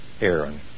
Aaron